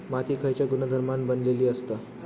माती खयच्या गुणधर्मान बनलेली असता?